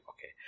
Okay